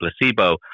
placebo